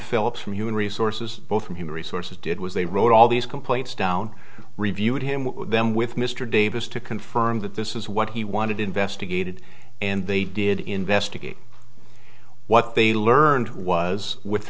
philips from human resources both from human resources did was they wrote all these complaints down reviewed him with them with mr davis to confirm that this is what he wanted investigated and they did investigate what they learned was with